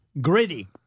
Gritty